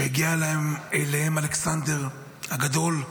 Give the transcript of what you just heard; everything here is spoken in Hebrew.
שהגיע אליהם אלכסנדר הגדול.